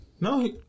No